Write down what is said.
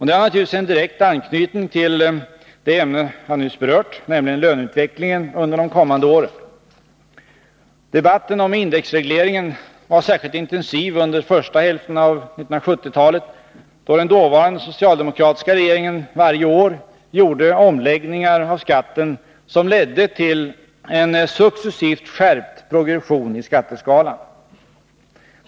Det har naturligtvis en direkt anknytning till det ämne jag nyss berört, nämligen löneutvecklingen under de kommande åren. Debatten om indexregleringen var särskilt intensiv under första hälften av 1970-talet, då den dåvarande socialdemokratiska regeringen varje år gjorde omläggningar av skatten som ledde till en successivt skärpt progression i skatteskalan.